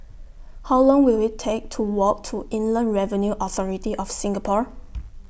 How Long Will IT Take to Walk to Inland Revenue Authority of Singapore